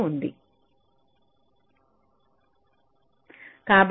దానిని ఒక ఉదాహరణతో వివరిద్దాం